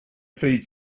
feed